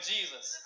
Jesus